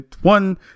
One